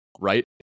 right